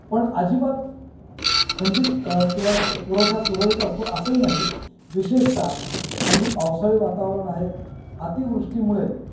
पण अजिबात खंडित किंवा पुरवठा सुरळीत असतो असंही नाही विशेषतः हल्ली पावसाळी वातावरण आहे अतिवृष्टीमुळे